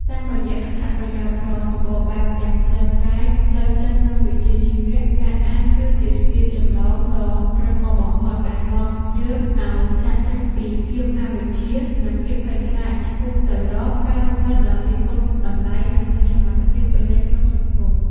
តាមរយៈអត្ថប្រយោជន៍ដ៏សម្បូរបែបទាំងផ្លូវកាយ ផ្លូវចិត្ត និងវិជ្ជាជីវៈ ការអានគឺជាស្ពានចម្លងដ៏រឹងមាំបំផុតដែលនាំយើងឱ្យចាកចេញពីភាពអវិជ្ជា និងភាពភ័យខ្លាច ឆ្ពោះទៅរកការរស់នៅដោយមានគុណតម្លៃ និងមានសមត្ថភាពពេញលេញក្នុងសង្គម។